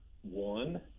One